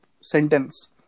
sentence